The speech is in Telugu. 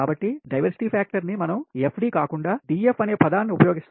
కాబట్టి డైవర్సిటీ ఫ్యాక్టర్ ని మనం FD కాకుండా DF అనే పదాన్ని ఉపయోగిస్తాము